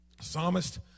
psalmist